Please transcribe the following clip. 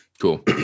Cool